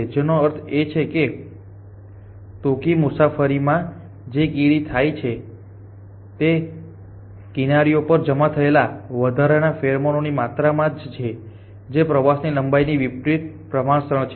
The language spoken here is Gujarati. જેનો અર્થ એ છે કે ટૂંકી મુસાફરીમાં જે કીડી થાય છે તે તે કિનારીઓ પર જમા થયેલા વધારાના ફેરોમોનની માત્રામાં છે જે પ્રવાસની લંબાઈના વિપરિત પ્રમાણસર છે